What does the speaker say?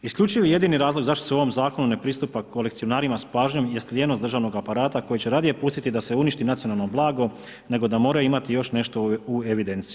Isključivi jedini razlog zašto se u ovom zakonu ne pristupa kolekcionarima s pažnjom jest lijenost državnog aparata koji će radije pustiti da se uništi nacionalno blago, nego da moraju imati još nešto u evidenciji.